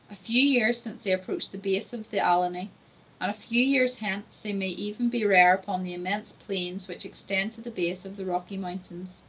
a few years since they approached the base of the alleghany and a few years hence they may even be rare upon the immense plains which extend to the base of the rocky mountains.